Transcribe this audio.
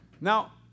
Now